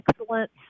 Excellence